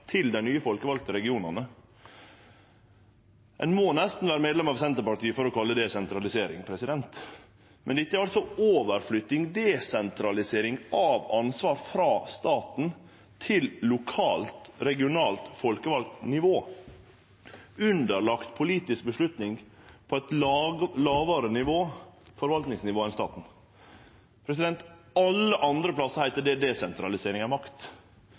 til dei nye, folkevalde regionane. Ein må nesten vere medlem av Senterpartiet for å kalle det sentralisering. Dette er overflytting – desentralisering – av ansvar frå staten til lokalt og regionalt folkevalt nivå, underlagt politiske avgjerder på eit lågare forvaltningsnivå enn staten. Alle andre stader heiter det desentralisering av makt. Då Senterpartiet, Arbeidarpartiet og SV sat i regjering, heitte det desentralisering av makt.